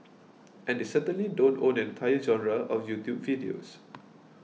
and they certainly don't own an entire genre of YouTube videos